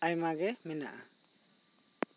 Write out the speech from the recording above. ᱟᱭᱢᱟ ᱜᱮ ᱢᱮᱱᱟᱜᱼᱟ